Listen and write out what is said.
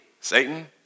Satan